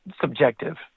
subjective